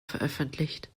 veröffentlicht